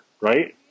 right